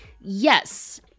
yes